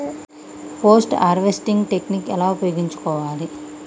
Post harvesting technique ఎలా ఉపయోగించుకోవాలి?